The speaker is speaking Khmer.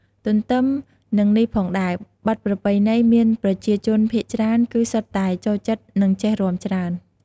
ទន្ទឹមនឹងនេះផងដែរ បទប្រពៃណីមានប្រជាជនភាគច្រើនគឺសុទ្ធតែចូលចិត្តនិងចេះរាំច្រើន។